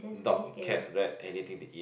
dog cat rat anything they eat